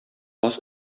баз